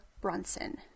Brunson